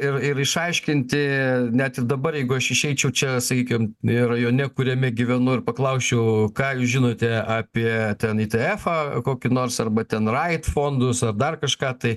ir ir išaiškinti ne ir dabar jeigu aš išeičiau čia sakykim rajone kuriame gyvenu ir paklausčiau ką jūs žinote apie ten i t efą kokį nors arba ten rait fondus ar dar kažką tai